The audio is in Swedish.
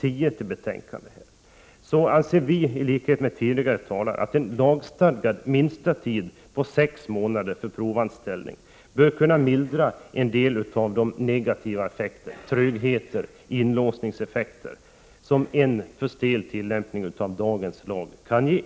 10, anser vi i centerpartiet, i likhet med tidigare talare, att en lagstadgad minsta tid på sex månader för provanställning bör kunna mildra en del av de negativa effekter —trögheter och inlåsningseffekter — som en för stel tillämpning av dagens lag kan ge.